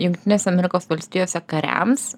jungtinėse amerikos valstijose kariams